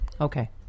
Okay